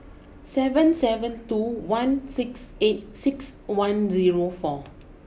seven seven two one six eight six one zero four